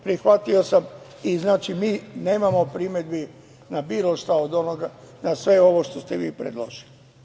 Prihvatio sam i mi nemamo primedbi na bilo šta od onoga, na sve ovo što ste vi predložili.